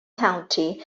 county